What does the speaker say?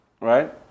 right